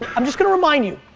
ah i'm just gonna remind you,